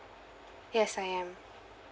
yes I am